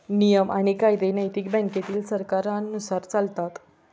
नियम आणि कायदे नैतिक बँकेतील सरकारांनुसार चालतात